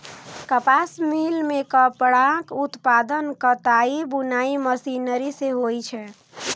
कपास मिल मे कपड़ाक उत्पादन कताइ बुनाइ मशीनरी सं होइ छै